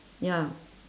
ya